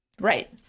right